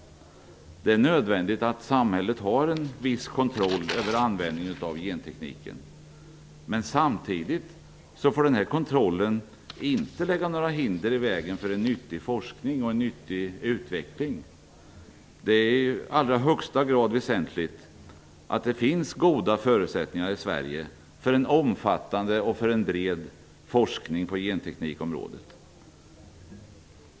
Det är nödvändigt att samhället har en viss kontroll över användningen av gentekniken. Samtidigt får kontrollen inte lägga några hinder i vägen för en nyttig forskning och utveckling. Det är i allra högsta grad väsentligt att det finns goda förutsättningar i Sverige för en omfattande och bred forskning på genteknikområdet.